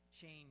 change